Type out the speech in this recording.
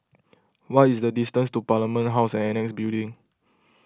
what is the distance to Parliament House Annexe Building